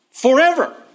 Forever